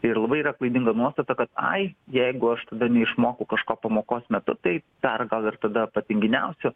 ir labai yra klaidinga nuostata kad ai jeigu aš tada neišmokau kažko pamokos metu tai dar gal ir tada patinginiausiu